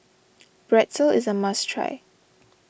Pretzel is a must try